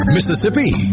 Mississippi